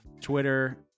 Twitter